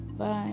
Bye